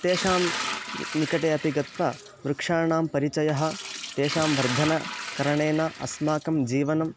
तेषां निकटे अपि गत्वा वृक्षाणां परिचयः तेषां वर्धनकरणेन अस्माकं जीवनम्